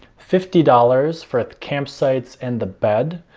fifty dollars for the campsites and the bed,